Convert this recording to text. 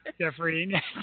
Jeffrey